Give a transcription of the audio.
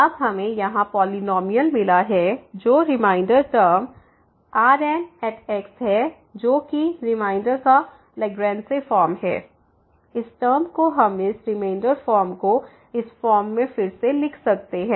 अब हमें यहां पॉलिनॉमियल मिला है जो रिमेंडर टर्म Rn है जो कि रिमेंडर का लाग्रेंज फॉर्म है इस टर्म को हम इस रिमेंड फॉर्म को इस फॉर्म में फिर से लिख सकते हैं